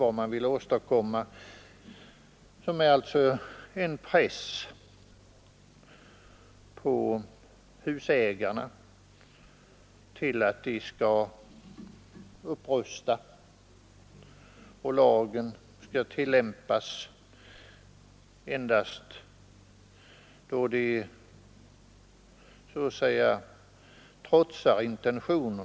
Vad man vill åstadkomma är en press på husägarna att rusta upp. Lagen skall tillämpas endast då någon försöker trotsa dess intentioner.